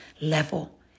level